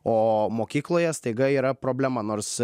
o mokykloje staiga yra problema nors